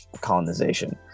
colonization